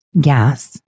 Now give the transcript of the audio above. gas